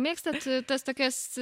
mėgstat tai tas tokias